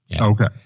Okay